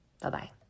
Bye-bye